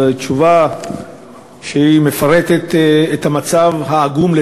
על התשובה שמפרטת את המצב העגום,